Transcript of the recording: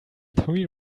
three